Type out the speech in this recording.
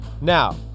Now